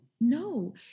No